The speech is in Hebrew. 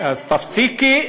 אז תפסיקי,